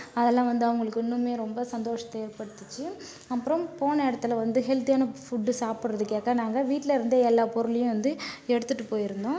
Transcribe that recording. அதெல்லாம் வந்து அவங்களுக்கு இன்னுமே ரொம்ப சந்தோஷத்தை ஏற்படுத்திச்சு அப்புறம் போன இடத்தில் வந்து ஹெல்த்தியான ஃபுட்டு சாப்பிடறதுக்காக நாங்கள் வீட்டுலேருந்தே எல்லா பொருளையும் வந்து எடுத்துட்டு போயிருந்தோம்